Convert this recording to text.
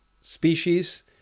species